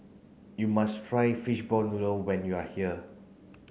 you must try fishball noodle when you are here